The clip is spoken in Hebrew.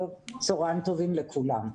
צוהריים טובים לכולם,